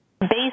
based